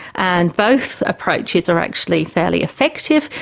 and both approaches are actually fairly effective,